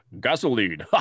gasoline